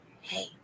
hey